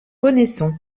connaissons